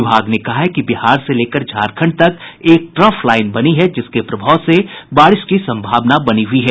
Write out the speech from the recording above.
विभाग ने कहा है कि बिहार से लेकर झारखंड तक एक ट्रफ लाईन बनी है जिसके प्रभाव से बारिश की संभावना बनी हुई है